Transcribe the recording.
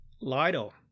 Lido